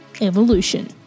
Evolution